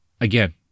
again